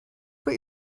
put